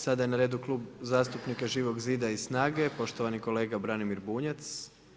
Sada je na redu Klub zastupnika Živog zida i SNAGA-e, poštovani kolega Branimir Bunjac.